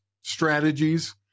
strategies